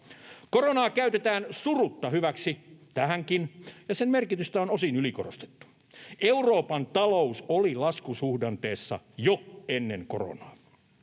Koronaa käytetään surutta hyväksi tähänkin, ja sen merkitystä on osin ylikorostettu. Euroopan talous oli laskusuhdanteessa jo ennen koronaa.